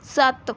ਸੱਤ